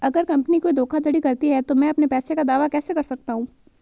अगर कंपनी कोई धोखाधड़ी करती है तो मैं अपने पैसे का दावा कैसे कर सकता हूं?